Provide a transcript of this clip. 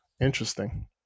Interesting